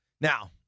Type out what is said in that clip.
Now